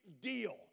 deal